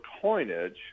coinage